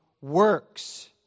works